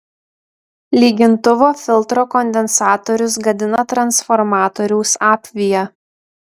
lygintuvo filtro kondensatorius gadina transformatoriaus apviją